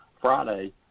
Friday